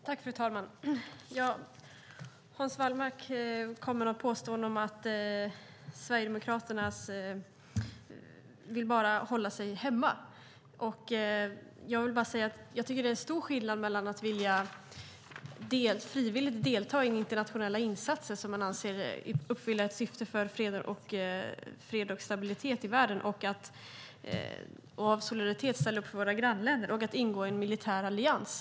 Fru talman! Hans Wallmark kom med något påstående om att Sverigedemokraterna bara vill hålla sig hemma. Jag vill säga att jag tycker att det är stor skillnad mellan att frivilligt vilja delta i internationella insatser som man anser uppfyller ett syfte för fred och stabilitet i världen eller att av solidaritet ställa upp för våra grannländer och att ingå i en militär allians.